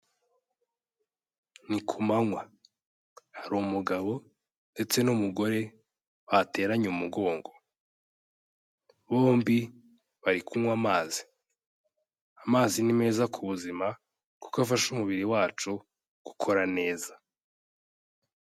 Ni ku manywa hari umugabo ndetse n'umugore bateranye umugongo, bombi bari kunywa amazi . Amazi ni meza ku buzima kuko afasha umubiri wacu gukora neza.